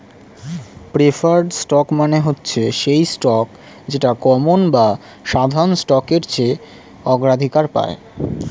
preferred stock মানে হচ্ছে সেই স্টক যেটা কমন বা সাধারণ স্টকের চেয়ে অগ্রাধিকার পায়